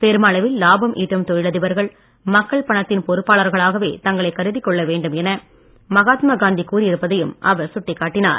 பெருமளவில் லாபம் சட்டும் தொழிலதிபர்கள் மக்கள் பணத்தின் பொறுப்பாளர்களாகவே தங்களை கருதிக் கொள்ள வேண்டும் என மகாத்மா காந்தி கூறியிருப்பதையும் அவர் சுட்டிக்காட்டினார்